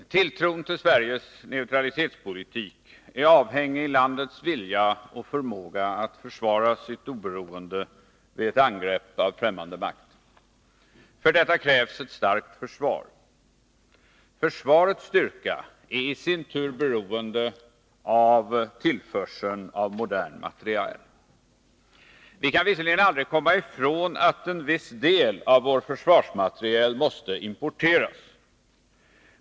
Herr talman! Tilltron till Sveriges neutralitetspolitik är avhängig av landets vilja och förmåga att försvara sitt oberoende vid ett angrepp av främmande makt. För detta krävs ett starkt försvar. Försvarets styrka är i sin tur beroende av tillförseln av modern materiel. Vi kan visserligen aldrig komma ifrån att en viss del av vår försvarsmateriel måste importeras.